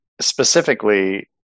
specifically